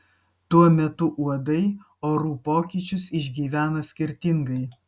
tuo metu uodai orų pokyčius išgyvena skirtingai